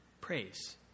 Praise